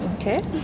Okay